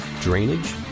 drainage